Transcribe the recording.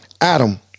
Adam